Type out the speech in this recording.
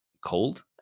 cold